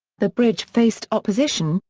the bridge faced opposition,